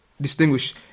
Distinguish